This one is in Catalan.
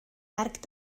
arc